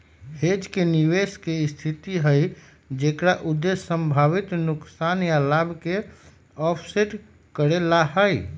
hedge एक निवेश के स्थिति हई जेकर उद्देश्य संभावित नुकसान या लाभ के ऑफसेट करे ला हई